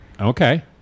okay